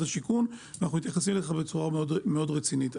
השיכון ואנחנו מתייחסים לכך בצורה מאוד רצינית.